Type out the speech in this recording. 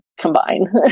combine